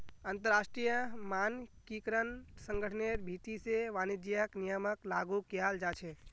अंतरराष्ट्रीय मानकीकरण संगठनेर भीति से वाणिज्यिक नियमक लागू कियाल जा छे